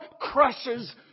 crushes